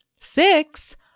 Six